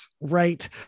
right